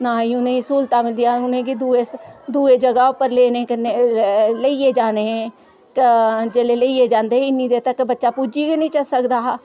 ना गे उ'नें गी सहूलता मिलदी हियां ही ना गे गे उ'नें गी दुऐ जगह उपर लेने कन्ने लेइया जाने जिसले लेइयै जंदे इन्ने तकर बच्चा पुजी गे नी सकदा हा